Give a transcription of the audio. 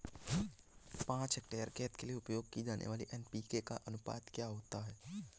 पाँच हेक्टेयर खेत के लिए उपयोग की जाने वाली एन.पी.के का अनुपात क्या होता है?